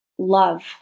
love